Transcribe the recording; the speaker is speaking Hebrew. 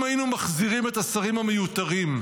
אם היינו מחזירים את השרים המיותרים,